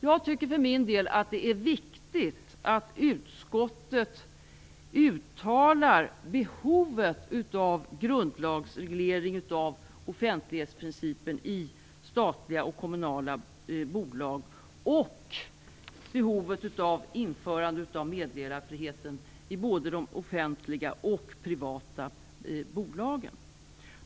För min del tycker jag att det är viktigt att utskottet uttalar behovet av en grundlagsreglering av offentlighetsprincipen i statliga och kommunala bolag samt behovet av införande av meddelarfrihet i både de offentliga och de privata bolagen.